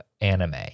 anime